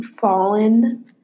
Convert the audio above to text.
fallen